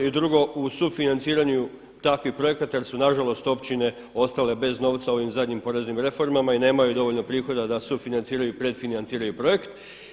I drugo, u sufinanciranju takvih projekata jel su nažalost općine ostale bez novca ovim zadnjim poreznim reformama i nemaju dovoljno prihoda da sufinanciraju i pred financiraju projekt.